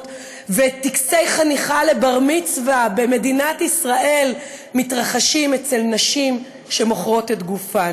וטקסי חניכה לבר-מצוה במדינת ישראל מתרחשים אצל נשים שמוכרות את גופן.